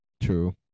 true